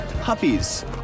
puppies